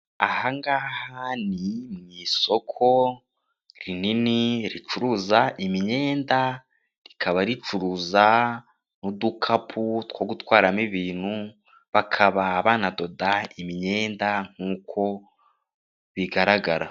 Aha ngaha ni mu isoko rinini ricuruza imyenda, rikaba ricuruza n'udukapu two gutwaramo ibintu, bakaba banadoda imyenda nk'uko bigaragara.